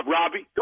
Robbie